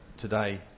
today